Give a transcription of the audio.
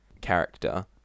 character